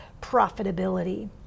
profitability